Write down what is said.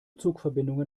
zugverbindungen